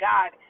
God